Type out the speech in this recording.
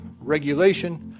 regulation